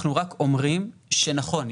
אנחנו רק אומרים שנכון,